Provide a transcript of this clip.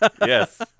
Yes